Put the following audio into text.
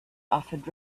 offered